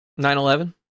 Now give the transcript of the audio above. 9-11